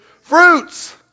Fruits